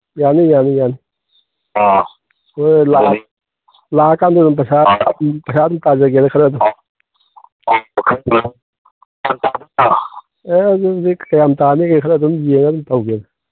ꯌꯥꯅꯤ ꯌꯥꯅꯤ ꯌꯥꯅꯤ ꯍꯣꯏ ꯂꯥꯛꯑꯀꯥꯟꯗ ꯑꯗꯨꯝ ꯄꯩꯁꯥ ꯑꯗꯨꯝ ꯄꯩꯁꯥ ꯑꯗꯨꯝ ꯇꯥꯖꯒꯦꯗ ꯈꯔ ꯑꯗꯨꯝ ꯑꯦ ꯑꯗꯨꯒꯤꯗꯤ ꯀꯌꯥꯝ ꯇꯥꯅꯤꯒꯦ ꯈꯔ ꯑꯗꯨꯝ ꯌꯦꯡꯉ ꯑꯗꯨꯝ ꯇꯧꯒꯦ